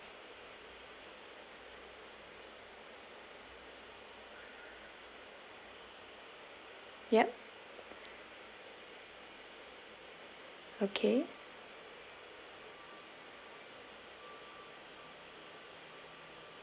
yup okay